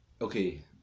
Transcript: okay